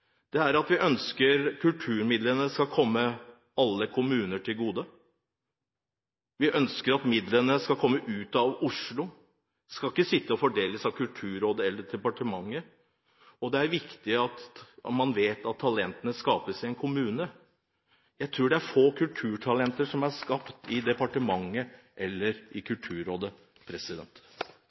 er at kulturmidlene skal komme alle kommuner til gode. Vi ønsker at midlene skal komme ut av Oslo – ikke fordeles av Kulturrådet eller departementet. Det er viktig at man vet at talentene skapes i en kommune. Jeg tror det er få kulturtalenter som er skapt i departementet eller i Kulturrådet.